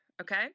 Okay